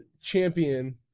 champion